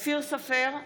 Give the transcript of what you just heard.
אופיר סופר,